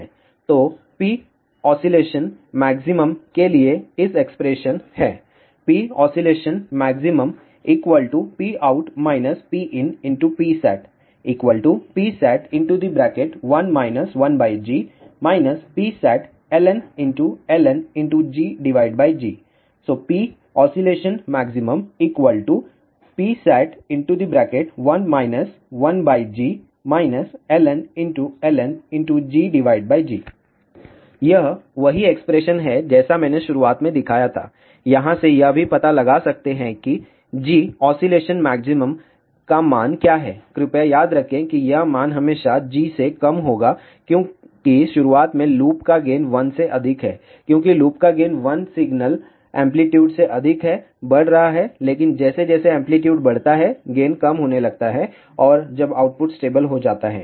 तो Poscmaxके लिए इस एक्सप्रेशन है PoscmaxPout PinPsat Psat1 1G Psatln G G Poscmax Psat1 1G ln G G यह वही एक्सप्रेशन है जैसा मैंने शुरुआत में दिखाया था यहाँ से यह भी पता लगा सकते हैं कि Goscmaxका मान क्या है कृपया याद रखें कि यह मान हमेशा G से कम होगा क्यों की शुरुआत में लूप का गेन 1 से अधिक है क्योंकि लूप का गेन 1 सिग्नल एम्पलीटूड से अधिक है बढ़ रहा है लेकिन जैसे जैसे एम्पलीटूड बढ़ता है गेन कम होने लगता है जब आउटपुट स्टेबल हो जाता है